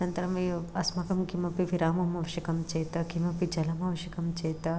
अनन्तरम् एवं अस्माकं किमपि विरामम् आवश्यकं चेत् किमपि जलम् आवश्यकं चेत्